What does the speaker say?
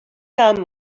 kaam